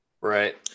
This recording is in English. Right